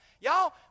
Y'all